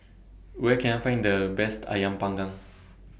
Where Can I Find The Best Ayam Panggang